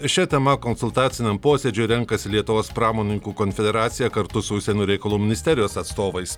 šia tema konsultaciniam posėdžiui renkasi lietuvos pramonininkų konfederacija kartu su užsienio reikalų ministerijos atstovais